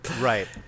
Right